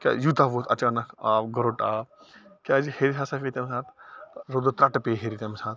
کیٛاز یوٗتاہ ووٚتھ اچانک آب گُرُٹ آب کیٛازِ ہیٚرِ ہسا گٔے تَمہِ ساتہٕ رُدٕ ترٛٹہٕ پیٚیہِ ہیٚرِ تَمہِ ساتہٕ